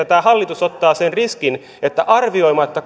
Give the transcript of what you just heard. tämä hallitus ottaa sen riskin että arvioimatta